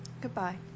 Goodbye